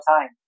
time